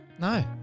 No